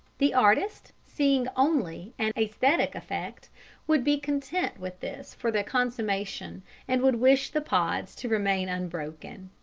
the artist, seeking only an aesthetic effect would be content with this for the consummation and would wish the pods to remain unbroken.